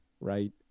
right